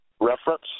reference